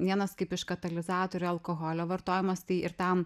vienas kaip iš katalizatorių alkoholio vartojimas tai ir tam